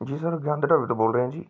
ਜੀ ਸਰ ਗਿਆਨ ਦੇ ਢਾਬੇ ਤੋਂ ਬੋਲ ਰਹੇ ਹਾਂ ਜੀ